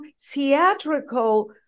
theatrical